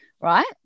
Right